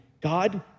God